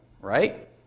right